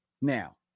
Now